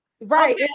Right